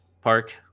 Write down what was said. park